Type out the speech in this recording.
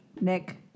Nick